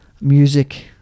music